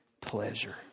pleasure